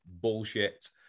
bullshit